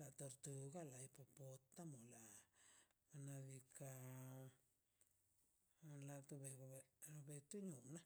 la tortuga la tomola nqdika la tubego netunona.